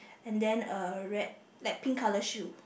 and then a red like pink colour shoe